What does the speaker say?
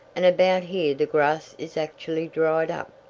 and about here the grass is actually dried up.